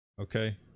okay